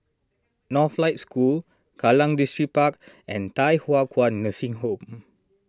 Northlight School Kallang Distripark and Thye Hua Kwan Nursing Home